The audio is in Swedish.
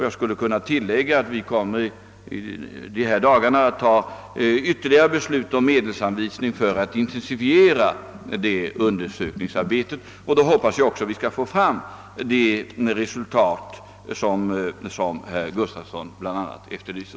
Jag skulle kunna tillägga att vi i dessa dagar kommer att fatta ytterligare beslut om medelsanvisning för att intensifiera detta undersökningsarbete. Jag hoppas att vi då också skall få fram det resultat som herr Gustavsson efterlyser.